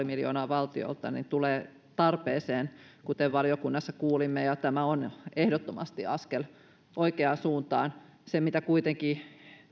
miljoonaa valtiolta tulee tarpeeseen kuten valiokunnassa kuulimme ja tämä on ehdottomasti askel oikeaan suuntaan se mitä kuitenkin